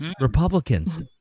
Republicans